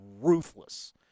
ruthless